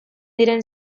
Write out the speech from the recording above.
diren